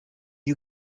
you